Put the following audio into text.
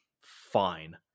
fine